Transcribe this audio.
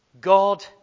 God